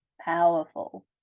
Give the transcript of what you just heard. powerful